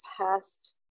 past